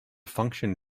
function